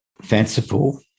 fanciful